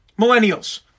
millennials